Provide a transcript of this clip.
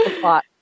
plot